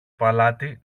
παλάτι